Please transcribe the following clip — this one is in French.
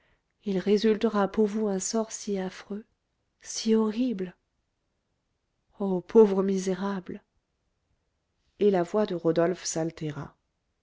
il résultera pour vous un sort si affreux si horrible oh pauvre misérable et la voix de rodolphe